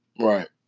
right